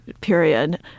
period